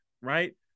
right